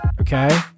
Okay